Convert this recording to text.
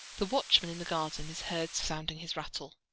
the watchman in the garden is heard sounding his rattle.